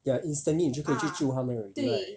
ya instantly 你就可以去就他们 already right